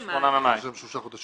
של תושב מדינה